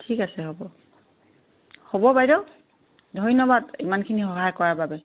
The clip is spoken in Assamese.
ঠিক আছে হ'ব হ'ব বাইদেউ ধন্যবাদ ইমানখিনি সহায় কৰাৰ বাবে